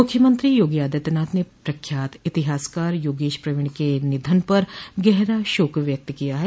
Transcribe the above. मुख्यमंत्री योगी आदित्यनाथ ने प्रसिद्ध इतिहासकार योगेश प्रवीण के निधन पर गहरा शोक व्यक्त किया है